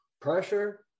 pressure